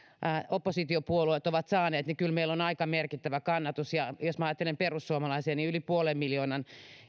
oppositiopuolueet ovat saaneet niin kyllä meillä on aika merkittävä kannatus ja jos ajattelen perussuomalaisia niin yli puolen miljoonan